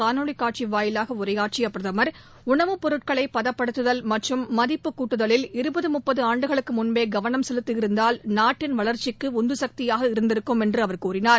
காணொலிகாட்சிவாயிலாகஉரையாற்றிபிரதமா் உணவு பொருட்களைபதப்படுத்துதல் மற்றும் மதிப்புக் கூட்டுதலில் இருபது முப்பதுஆண்டுகளுக்குமுன்பேகவனம் செலுத்தி இருந்தால் நாட்டின் வளர்ச்சிக்குஉந்துசக்தியாக இருந்திருக்கும் என்றுகூறினார்